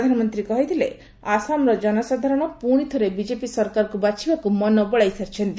ପ୍ରଧାନମନ୍ତ୍ରୀ କହିଛନ୍ତି ଆସାମର ଜନସାଧାରଣ ପୁଣିଥରେ ବିଜେପି ସରକାରକୁ ବାଛିବାକୁ ମନବଳାଇ ସାରିଛନ୍ତି